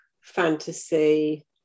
fantasy